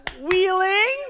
Wheeling